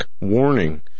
Warning